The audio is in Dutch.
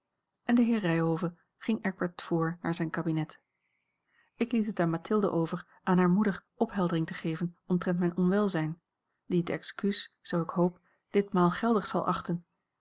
en de heer ryhove ging eckbert voor naar zijn kabinet ik liet het aan mathilde over aan haar moeder opheldering te geven omtrent mijn onwelzijn die het excuus zoo ik hoop ditmaal geldig zal achten